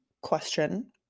question